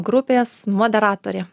grupės moderatorė